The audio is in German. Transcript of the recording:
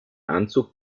anzug